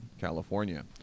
California